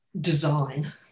design